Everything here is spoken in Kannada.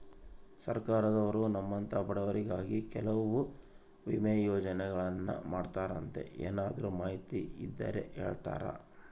ಸರ್ಕಾರದವರು ನಮ್ಮಂಥ ಬಡವರಿಗಾಗಿ ಕೆಲವು ವಿಮಾ ಯೋಜನೆಗಳನ್ನ ಮಾಡ್ತಾರಂತೆ ಏನಾದರೂ ಮಾಹಿತಿ ಇದ್ದರೆ ಹೇಳ್ತೇರಾ?